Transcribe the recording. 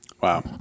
Wow